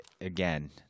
Again